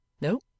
no